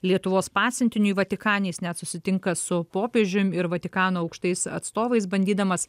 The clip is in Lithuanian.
lietuvos pasiuntiniui vatikane jis net susitinka su popiežium ir vatikano aukštais atstovais bandydamas